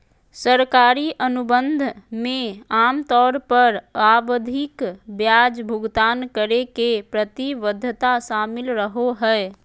सरकारी अनुबंध मे आमतौर पर आवधिक ब्याज भुगतान करे के प्रतिबद्धता शामिल रहो हय